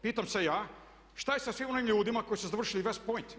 Pitam se ja šta je sa svim onim ljudima koji su završili West Point?